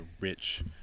rich